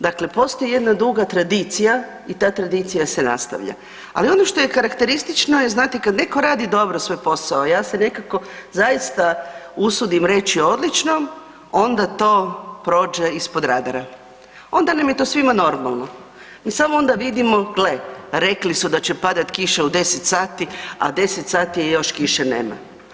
Dakle postoji jedna druga tradicija i ta tradicija se nastavlja, ali ono što je karakteristično, znate, kad netko radi dobro svoj posao, ja se nekako zaista usudim riječi odličnom, onda to prođe ispod radara, onda nam je to svima normalno, samo onda vidimo, gle, rekli su da će padati kiša u 10 sati, a 10 sati je i još kiše nema.